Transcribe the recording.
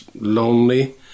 lonely